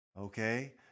okay